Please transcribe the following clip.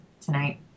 tonight